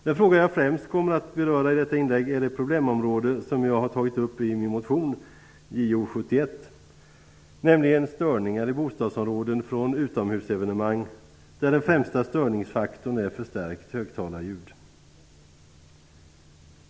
Den fråga jag främst kommer att beröra i detta inlägg är det problemområde jag har tagit upp i min motion Jo71, nämligen störningar i bostadsområden från utomhusevenemang, där den främsta störningsfaktorn är förstärkt högtalarljud.